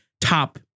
top